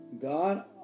God